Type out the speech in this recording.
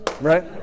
Right